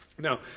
Now